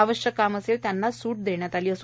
आवश्यक काम असेल त्यांनाच सूट देण्यात आलेली आहे